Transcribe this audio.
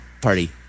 Party